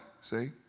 see